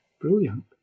Brilliant